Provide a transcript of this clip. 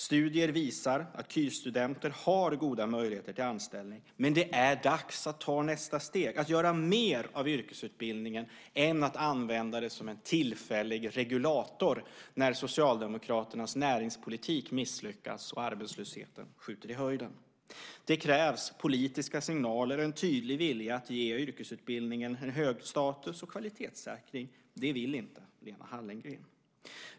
Studier visar att KY-studenter har goda möjligheter till anställning. Men det är dags att ta nästa steg, att göra mer av yrkesutbildningen än att använda den som en tillfällig regulator när Socialdemokraternas näringspolitik misslyckas och arbetslösheten skjuter i höjden. Det krävs politiska signaler och en tydlig vilja att ge yrkesutbildningen en hög status och en kvalitetssäkring. Det vill inte Lena Hallengren.